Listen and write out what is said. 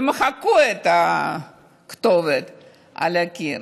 ומחקו את הכתובת על הקיר.